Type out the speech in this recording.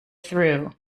through